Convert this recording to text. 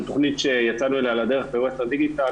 זו תכנית שיצאנו אליה לדרך בווסטרן דיגיטל